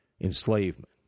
enslavement